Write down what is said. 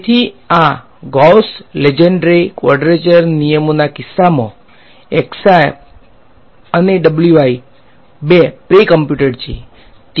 તેથી આ Gauss Legendre quadrature નિયમોના કિસ્સામાં અને બંને પ્રે ક્મ્પ્યુટેડ છે